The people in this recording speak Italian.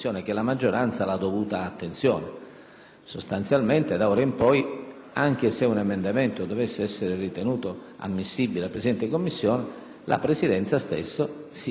Sostanzialmente, da ora in poi, anche se un emendamento dovesse essere ritenuto ammissibile dal Presidente di Commissione, la Presidenza stessa dell'Aula si riserva la facoltà